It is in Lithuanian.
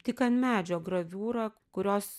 tik an medžio graviūra kurios